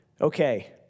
Okay